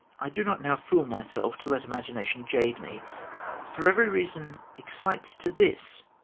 i do not now fool myself, to let imagination jade me for every reason excites to this,